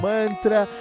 Mantra